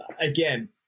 again